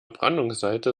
brandungsseite